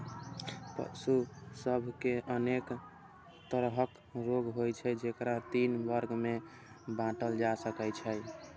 पशु सभ मे अनेक तरहक रोग होइ छै, जेकरा तीन वर्ग मे बांटल जा सकै छै